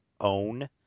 own